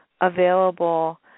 available